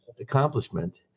accomplishment